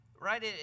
Right